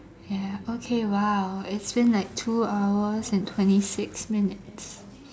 ya okay !wow! it's been like two hours and twenty six minutes